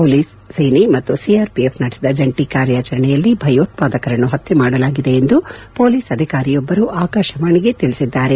police ಸೇನೆ ಮತ್ತು CRPF ನಡೆಸಿದ ಜಂಟಿ ಕಾರ್ಯಚರಣೆಯಲ್ಲಿ ಭಯೋತ್ವಾದಕರನ್ನು ಪತ್ನೆ ಮಾಡಲಾಗಿದೆ ಎಂದು ಪೊಲೀಸ್ ಅಧಿಕಾರಿಯೊಬ್ಲರು ಆಕಾಶವಾಣಿಗೆ ತಿಳಿಸಿದ್ದಾರೆ